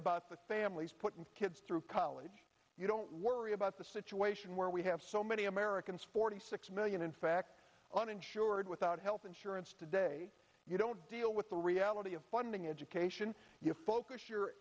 about the families putting kids through college you don't worry about the situation where we have so many americans forty six million infected uninsured without health insurance today you don't with the reality of funding education you focus your